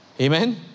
Amen